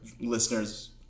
listeners